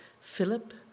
Philip